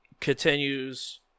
continues